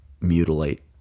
mutilate